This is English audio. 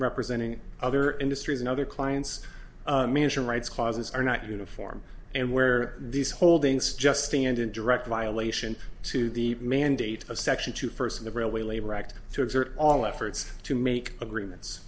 representing other industries and other clients means your rights clauses are not uniform and where these holdings just stand in direct violation to the mandate of section two first the railway labor act to exert all efforts to make agreements